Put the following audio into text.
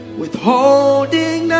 withholding